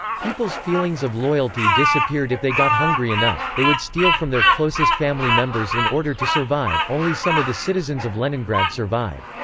people's feelings of loyalty disappeared if they got hungry enough they would steal from their closest family members in order to survive only some of the citizens of leningrad survived.